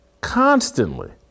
constantly